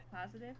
positive